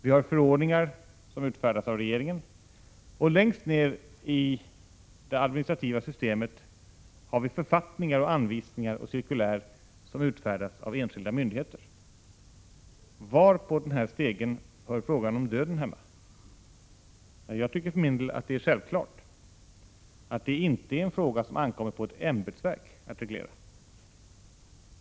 Vi har förordningar, som utfärdas av regeringen, och längst ner i det administrativa systemet har vi författningar, anvisningar och cirkulär, som utfärdas av enskilda myndigheter. Var på den här stegen hör frågan om döden hemma? Ja, jag tycker för min del att det är självklart att det inte är en fråga som det ankommer på ett ämbetsverk att reglera.